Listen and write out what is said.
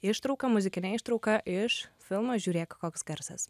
ištrauka muzikinė ištrauka iš filmo žiūrėk koks garsas